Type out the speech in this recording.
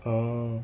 uh